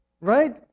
Right